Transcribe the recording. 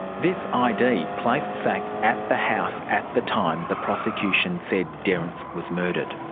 this id placed szach at the house at the time the prosecution said derrance was murdered.